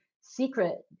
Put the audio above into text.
secret